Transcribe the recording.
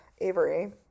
Avery